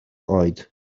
oed